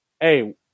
hey